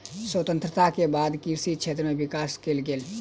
स्वतंत्रता के बाद कृषि क्षेत्र में विकास कएल गेल